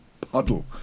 puddle